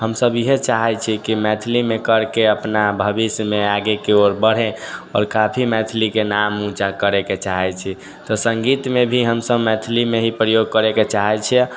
हमसब इहे चाहै छी कि मैथिलीमे करके अपना भविष्यमे आगेके ओर बढ़े आओर काफी मैथिलीके नाम ऊँचा करैके चाहै छी तऽ सङ्गीतमे भी हमसब मैथिलीमे ही प्रयोग करैके चाहै छियै